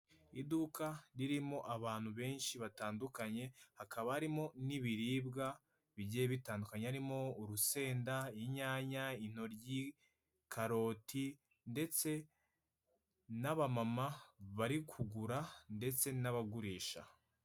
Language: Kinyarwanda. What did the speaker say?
Iduka ririmo abantu benshi batandukanye hakaba harimo nibiribwa bigiye bitandukanye harimo urusenda, inyanya, intoryi, karoti ndetse naba mama bari kugura ndetse nabagurisha.